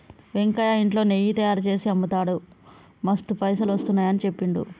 వెంకయ్య ఇంట్లో నెయ్యి తయారుచేసి అమ్ముతాడు మస్తు పైసలు వస్తున్నాయని చెప్పిండు